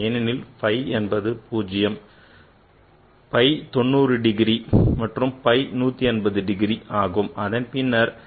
ஏனெனில் phi is 0 phi is 90 phi is 180 அதன் பின்னர் phi is 270